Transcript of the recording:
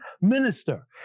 minister